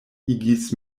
igis